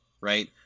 right